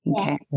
Okay